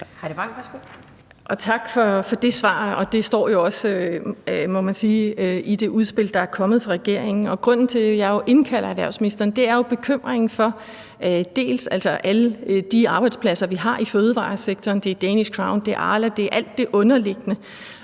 Tak for det svar, og det står jo også, må man sige, i det udspil, der er kommet fra regeringen. Og grunden til, at jeg indkalder erhvervsministeren, er jo bekymringen for alle de arbejdspladser, vi har i fødevaresektoren – det er Danish Crown, det er Arla, det er alt det underliggende.